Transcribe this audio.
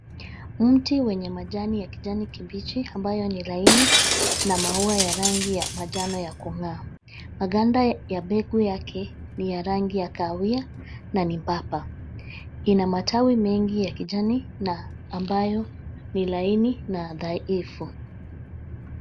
Mti wenye majani ya kijani kibichi ambayo ni laini na maua ya rangi ya manjano ya kung'aa. Maganda ya mbegu yake ni rangi ya kahawia na nyembamba. Ina matawi mengi ya kijani na ambayo ni laini na dhaifu.